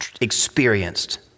experienced